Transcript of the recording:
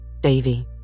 Davy